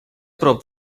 prop